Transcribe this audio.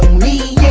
me